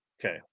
Okay